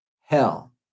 hell